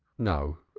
no,